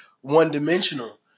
one-dimensional